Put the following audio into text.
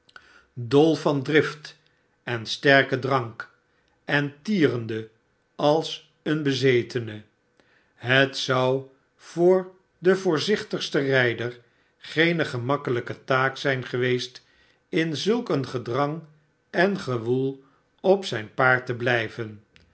dol van drift en sterken drank en tierende als een bezetene het zou voor den voorzichtigsten rijder geene gemakkelijke taak zijn geweest in zulk een gedrang en gewoel op zijn paard te blijven